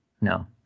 No